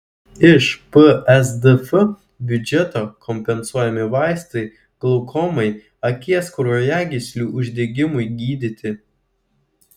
iš psdf biudžeto kompensuojami vaistai glaukomai akies kraujagyslių uždegimui gydyti